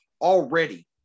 already